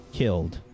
killed